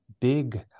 big